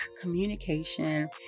communication